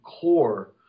core